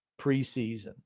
preseason